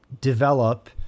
develop